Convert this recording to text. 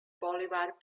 bolivar